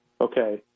Okay